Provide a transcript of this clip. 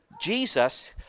jesus